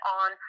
on